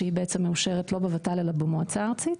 שהיא בעצם מאושרת לא בות"ל אלא במועצה הארצית,